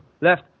left